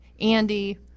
Andy